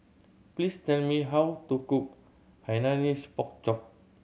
please tell me how to cook Hainanese Pork Chop